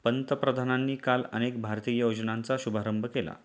पंतप्रधानांनी काल अनेक भारतीय योजनांचा शुभारंभ केला